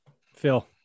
Phil